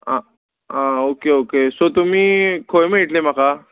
आ ah okay okay so तुमी खंय मेळट्लें म्हाका